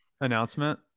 announcement